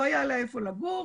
לא היה לה איפה לגור.